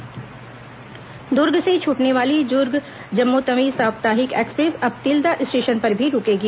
train Tilda stoppage Durg से छूटने वाली दुर्ग जम्मूतवी साप्ताहिक एक्सप्रेस अब तिल्दा स्टेशन पर भी रूकेगी